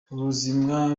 ubuzima